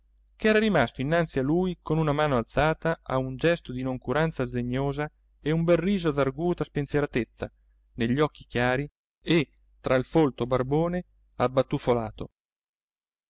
matto ch'era rimasto innanzi a lui con una mano alzata a un gesto di noncuranza sdegnosa e un bel riso d'arguta spensieratezza negli occhi chiari e tra il folto barbone abbatuffolato la